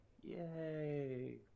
Yay